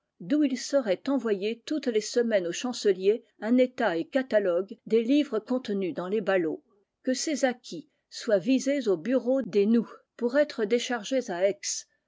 d'où il serait envoyé toutes les semaines au chancelier un état et catalogue des livres contenus dans les ballots que ces acquits soient visés au bureau des noues pour être déchargés à aix